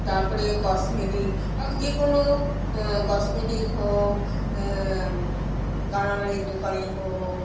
তারপরে কসমেটিক বা যে কোনো কসমেটিক হোক গালামালির দোকানে হোক